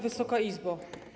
Wysoka Izbo!